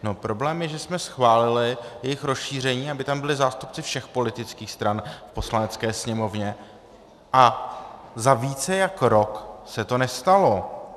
No, problém je, že jsme schválili jejich rozšíření, aby tam byli zástupci všech politických stran v Poslanecké sněmovně, a za více než rok se to nestalo.